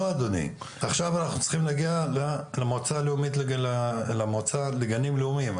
לא אדוני עכשיו אנחנו צריכים להגיע למועצה לגנים לאומיים.